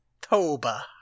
Toba